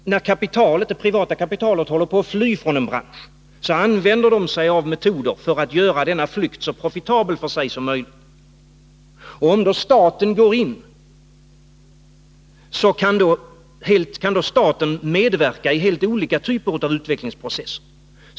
När det privata kapitalet håller på att fly från en bransch använder kapitalägarna sig vidare av metoder som gör denna flykt så profitabel för sig som möjligt. Om då staten gårin, så kan den medverka i helt olika typer av utvecklingsprocesser.